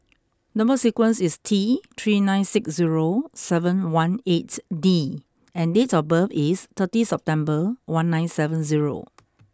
number sequence is T three nine six zero seven one eight D and date of birth is thirty September one nine seven zero